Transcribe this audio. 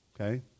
Okay